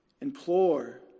implore